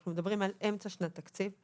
מכיוון שאנחנו מדברים על אמצע שנת תקציב